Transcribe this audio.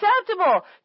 acceptable